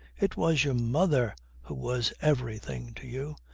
it was your mother who was everything to you.